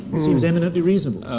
it seems eminently reasonable.